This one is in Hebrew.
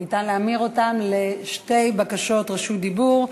תוכל להמיר אותן לשתי בקשות רשות דיבור,